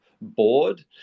board